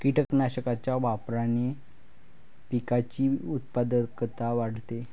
कीटकनाशकांच्या वापराने पिकाची उत्पादकता वाढते